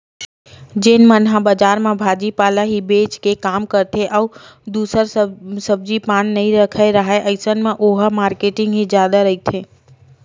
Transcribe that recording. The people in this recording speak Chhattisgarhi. जेन मन ह बजार म भाजी पाला ही बेंच के काम करथे अउ दूसर सब्जी पान नइ रखे राहय अइसन म ओहा मारकेटिंग ही जादा रहिथे